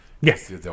Yes